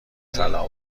طلا